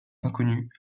inconnu